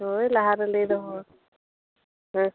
ᱦᱳᱭ ᱞᱟᱦᱟ ᱨᱮ ᱞᱟᱹᱞ ᱫᱚᱦᱚ